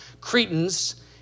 Cretans